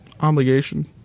obligation